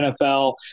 NFL